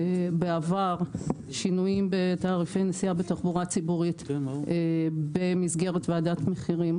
בעבר שינויים בתעריפי נסיעה בתחבורה ציבורית במסגרת ועדת מחירים